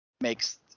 Makes